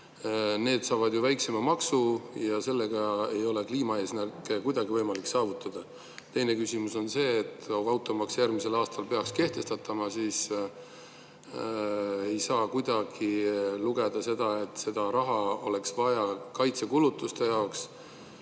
saavad ju väiksema maksu ja nii ei ole kliimaeesmärke kuidagi võimalik saavutada. Teine küsimus on see, et kui automaks järgmisel aastal peaks kehtestatama, siis ei saa kuidagi lugeda [sealt välja] seda, et seda raha oleks vaja kaitsekulutuste jaoks.